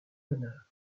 d’honneur